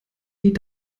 die